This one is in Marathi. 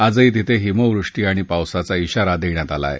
आजही तिथं हिमवृष्टी आणि पावसाचा इशारा दख्यात आलाय